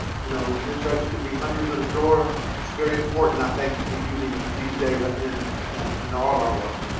you know insects can be hundreds in a drawer it's very important. i think to be using these data in in all of our work